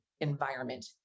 environment